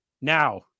Now